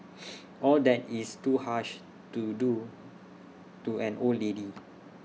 all that is too harsh to do to an old lady